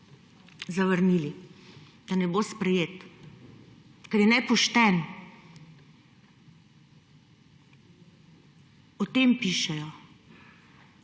zavrnili, da ne bo sprejet, ker je nepošten. O tem pišejo.